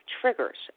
triggers